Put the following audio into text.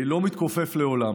לא מתכופף לעולם.